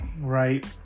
Right